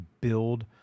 build